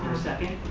second?